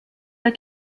der